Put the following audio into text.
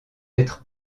être